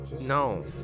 No